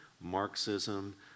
Marxism